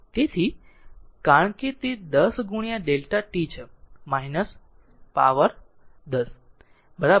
તેથી કારણ કે તે 10 Δ t છે શક્તિ 10 છે બરાબર